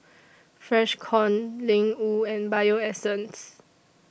Freshkon Ling Wu and Bio Essence